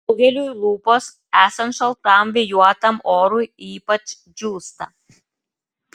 daugeliui lūpos esant šaltam vėjuotam orui ypač džiūsta